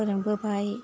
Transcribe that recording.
फोरोंबोबाय